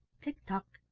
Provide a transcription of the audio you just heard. tick-tock!